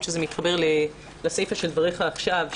זה מתחבר לסיפה של דבריך עכשיו,